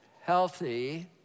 healthy